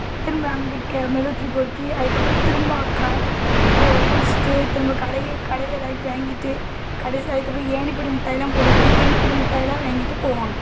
திரும்ப அங்கே க மெலுவுத்திரி பொருத்தி அதுக்கப்புறம் திரும்ப அக்க கு குளிச்சிவிட்டு திரும்ப கடை கடையில எதாயிட்டு வாங்கிட்டு கடைசில அதுக்கப்புறம் ஏணிப்படி மிட்டாய் எல்லாம் போடுவாங்க ஏணிப்படி மிட்டாய் எல்லாம் வாங்கிட்டு போவாங்க